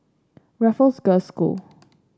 Raffles Girls' School